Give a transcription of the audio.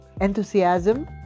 enthusiasm